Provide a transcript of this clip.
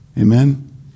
Amen